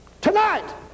tonight